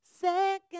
second